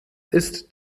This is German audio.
ist